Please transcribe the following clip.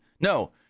No